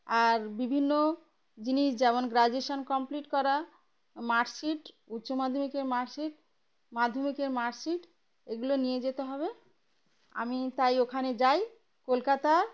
আর বিভিন্ন জিনিস যেমন গ্র্যাজুয়েশন কমপ্লিট করা মার্কশিট উচ্চ মাধ্যমিকের মার্কশিট মাধ্যমিকের মার্কশিট এগুলো নিয়ে যেতে হবে আমি তাই ওখানে যাই কলকাতার